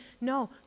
No